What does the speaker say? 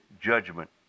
judgment